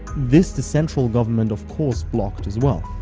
this the central government of course blocked as well.